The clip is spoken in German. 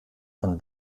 von